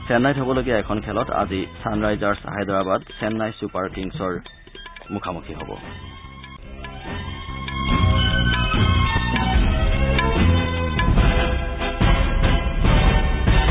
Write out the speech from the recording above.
চেন্নাইত হ'বলগীয়া এখন খেলত আজি ছানৰাইজাৰ্ছ হায়দৰাবাদ চেন্নাই ছুপাৰকিংছৰ মুখামুখি হ'ব